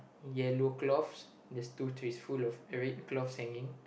yellow cloths there's tress full of cloths hanging